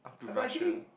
Russia